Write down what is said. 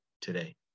today